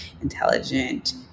intelligent